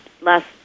last